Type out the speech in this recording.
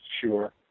sure